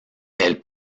elle